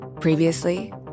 Previously